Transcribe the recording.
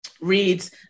reads